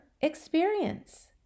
experience